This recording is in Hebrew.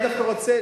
אני דווקא רוצה,